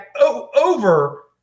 over